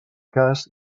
cas